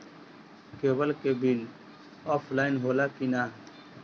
Cable के bill offline होला कि ना?